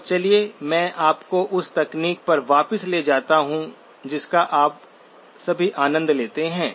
तो चलिए मैं आपको उस तकनीक पर वापस ले जाता हूं जिसका आप सभी आनंद लेते हैं